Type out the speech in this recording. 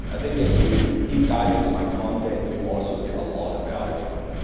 i think if you deep-dive into my content, you'll also get a lot of value from it.